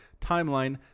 Timeline